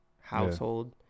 household